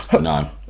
no